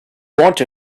want